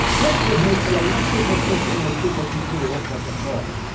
yeah would make the electrical system in a supercomputer look like a toy.